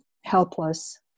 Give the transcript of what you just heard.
helpless